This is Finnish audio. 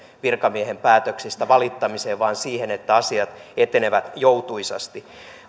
virkamiehen päätöksistä valittamiseen vaan siihen että asiat etenevät joutuisasti